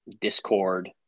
Discord